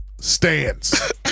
stands